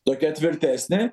tokia tvirtesnė